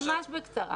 ממש בקצרה.